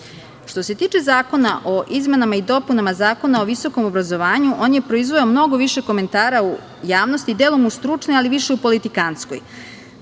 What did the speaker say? se tiče zakona o izmenama i dopunama Zakona o visokom obrazovanju, on je proizveo mnogo više komentara u javnosti, delom stručne, ali više u politikantskoj.